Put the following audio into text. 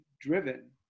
driven